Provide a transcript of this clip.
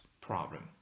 problem